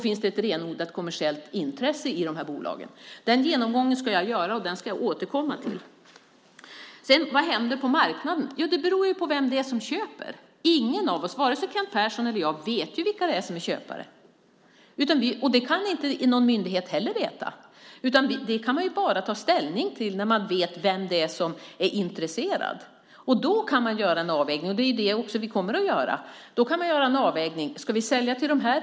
Finns det renodlat kommersiellt intresse i de här bolagen? Den genomgången ska jag göra, och den ska jag återkomma till. Vad händer på marknaden? Ja, det beror på vem som köper. Ingen av oss, vare sig Kent Persson eller jag, vet vilka som är köpare. Det kan inte heller någon myndighet veta. Det kan man bara ta ställning till när man vet vem som är intresserad. Då kan man göra en avvägning. Och vi kommer att göra en avvägning: Ska vi sälja till de här?